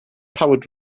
powered